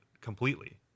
completely